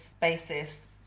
basis